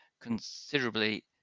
considerably